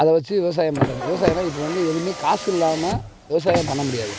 அதை வச்சு விவசாயம் பண்ணுறது விவசாயம்னா இப்போ வந்து எதுவுமே காசு இல்லாமல் விவசாயம் பண்ண முடியாது